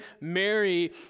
Mary